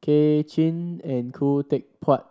Kay Chin and Khoo Teck Puat